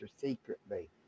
secretly